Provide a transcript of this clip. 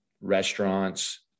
restaurants